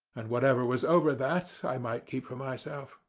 and whatever was over that i might keep for myself.